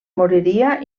moriria